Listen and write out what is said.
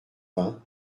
vingt